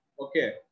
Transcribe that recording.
Okay